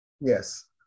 yes